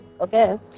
Okay